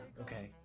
Okay